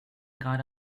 gerade